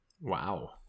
Wow